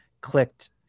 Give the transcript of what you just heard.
clicked